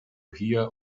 hear